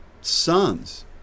sons